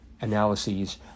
analyses